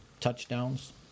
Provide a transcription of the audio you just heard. touchdowns